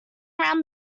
around